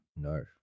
no